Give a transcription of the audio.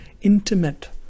intimate